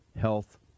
health